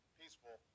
peaceful